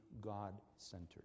God-centered